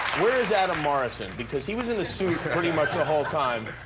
where is adam morrison? because he was in a suit pretty much the whole time.